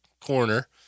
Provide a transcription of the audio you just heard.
corner